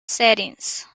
settings